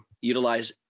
utilize